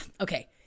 okay